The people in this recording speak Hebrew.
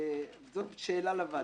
זאת שאלה לוועדה.